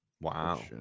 Wow